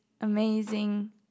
amazing